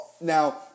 Now